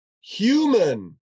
human